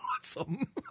Awesome